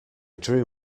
drew